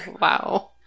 Wow